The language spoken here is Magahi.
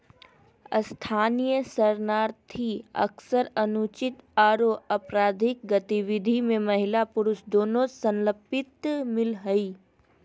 स्थानीय शरणार्थी अक्सर अनुचित आरो अपराधिक गतिविधि में महिला पुरुष दोनों संलिप्त मिल हई